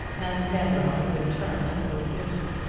and never on good terms with his bishop.